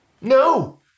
no